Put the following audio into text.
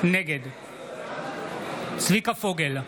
נגד צביקה פוגל,